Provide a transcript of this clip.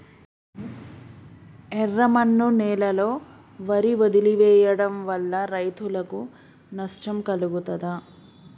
ఎర్రమన్ను నేలలో వరి వదిలివేయడం వల్ల రైతులకు నష్టం కలుగుతదా?